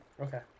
Okay